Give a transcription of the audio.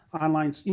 online